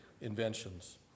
inventions